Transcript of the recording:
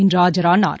இன்று ஆஜரானார்